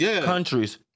countries